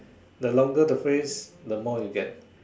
the longer the phrase the more you get